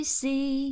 see